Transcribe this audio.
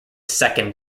second